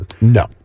No